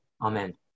Amen